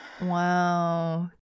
wow